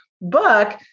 book